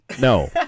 No